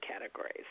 categories